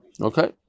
okay